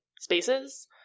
spaces